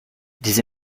des